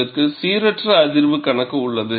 உங்களுக்கு சீரற்ற அதிர்வு கணக்கு உள்ளது